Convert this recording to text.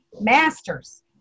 masters